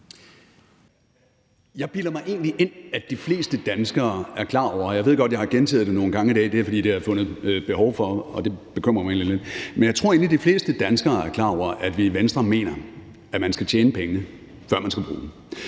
mig egentlig ind, at de fleste danskere er klar over – og jeg ved godt, at jeg har gentaget det nogle gange i dag, det er, fordi jeg har følt behov for det, og det bekymrer mig egentlig lidt – at vi i Venstre mener, at man skal tjene pengene, før man skal bruge dem.